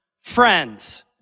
Friends